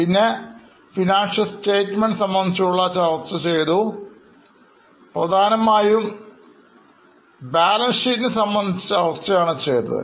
പിന്നെ financial Statements സംബന്ധിച്ചുളള ചർച്ചയാണ് ചെയ്തത് ചെയ്തത് പ്രധാനമായും ബാലൻ ഷീറ്റിന് സംബന്ധിച്ചുള്ള ചർച്ചയാണ് ചെയ്തത്